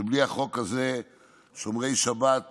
בלי החוק הזה שומרי שבת